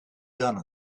done